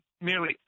merely